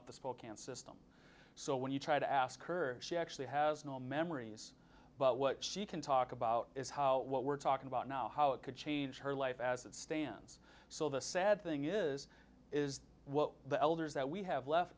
up the spokane system so when you try to ask her she actually has no memories but what she can talk about is what we're talking about now how it could change her life as it stands so the sad thing is is what the elders that we have left